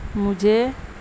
مجھے